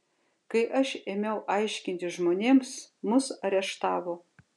kai aš ėmiau aiškinti žmonėms mus areštavo